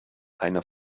einer